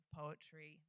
poetry